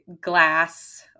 glass